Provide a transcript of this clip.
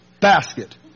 basket